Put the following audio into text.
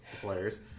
players